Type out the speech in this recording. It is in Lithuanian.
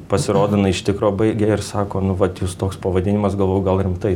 pasirodo jinai iš tikro baigė ir sako nu vat jūs toks pavadinimas galvojau gal rimtai